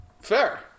Fair